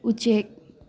ꯎꯆꯦꯛ